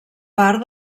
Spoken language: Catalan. part